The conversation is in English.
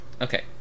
Okay